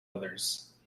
others